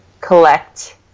collect